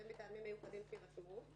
שזה יהיה מטעמים מיוחדים שיירשמו,